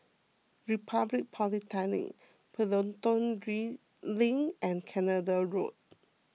Republic Polytechnic Pelton ring Link and Canada Road